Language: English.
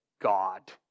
God